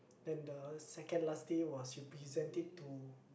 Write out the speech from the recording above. then the second last day was you present it to